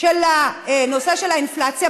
של נושא האינפלציה,